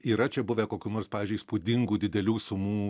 yra čia buvę kokių nors pavyzdžiui įspūdingų didelių sumų